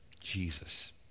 Jesus